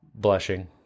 Blushing